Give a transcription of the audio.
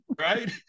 right